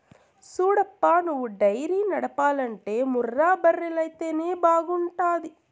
సూడప్పా నువ్వు డైరీ నడపాలంటే ముర్రా బర్రెలైతేనే బాగుంటాది